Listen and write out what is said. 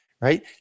right